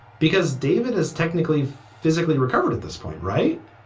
because david is technically physically recovered at this point, right?